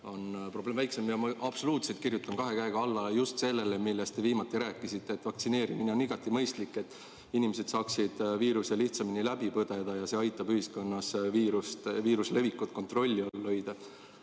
on probleem väiksem. Ma absoluutselt, kahe käega kirjutan alla just sellele, millest te viimati rääkisite, et vaktsineerimine on igati mõistlik, selleks et inimesed saaksid viiruse lihtsamini läbi põdeda, ja see aitab ühiskonnas viiruse levikut kontrolli all hoida.